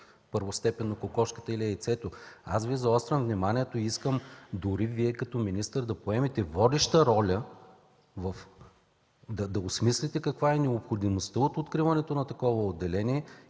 първостепенно – кокошката или яйцето?! Аз Ви заострям вниманието и искам дори Вие като министър да поемете водеща роля, да осмислите каква е необходимостта от откриването на такова отделение,